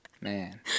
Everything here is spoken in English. Man